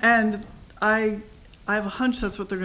and i have a hunch that's what they're